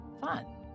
fun